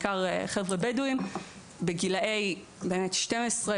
בעיקר חברה בדואים בגילאי 12,